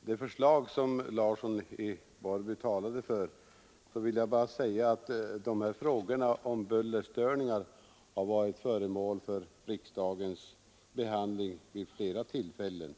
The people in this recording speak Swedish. det förslag som herr Larsson i Borrby talade för vill jag nämna att frågor om bullerstörningar har varit föremål för riksdagens behandling vid flera tillfällen.